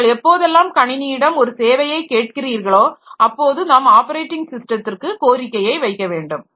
நீங்கள் எப்போதெல்லாம் கணினியிடம் ஒரு சேவையை கேட்கிறீர்களோ அப்போது நாம் ஆப்பரேட்டிங் ஸிஸ்டத்திற்கு கோரிக்கையை வைக்க வேண்டும்